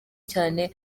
cyane